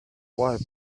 what